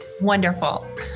wonderful